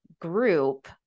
group